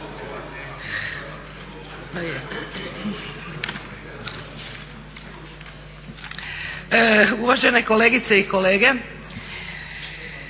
Uvažene kolegice i kolege.